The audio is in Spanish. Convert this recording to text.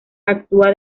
actúa